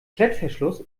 klettverschluss